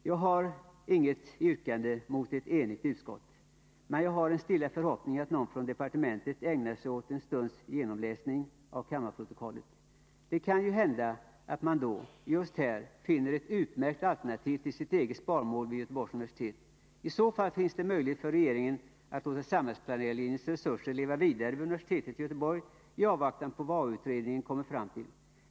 Jag har inget yrkande mot ett enigt utskott. Men jag har en stilla förhoppning att någon från departementet ägnar sig åt en stunds genomläsning av kammarprotokollet. Det kan ju hända att man då, just här, finner ett utmärkt alternativ till sitt eget sparmål vid Göteborgs universitet. I så fall finns det möjlighet för regeringen att låta samhällsplanerarlinjens resurser leva vidare vid universitetet i Göteborg i avvaktan på vad AU-utredningen kommer fram till.